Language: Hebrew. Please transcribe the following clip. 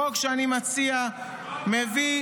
החוק שאני מציע -- לא אתה מציע, בוא.